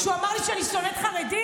ישבת כשהוא אמר לי שאני שונאת חרדים?